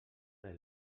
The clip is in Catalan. del